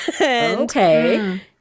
okay